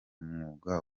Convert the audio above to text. mwuga